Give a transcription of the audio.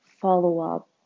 follow-up